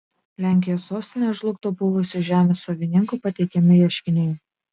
lenkijos sostinę žlugdo buvusių žemės savininkų pateikiami ieškiniai